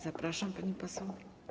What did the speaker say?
Zapraszam, pani poseł.